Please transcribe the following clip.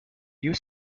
you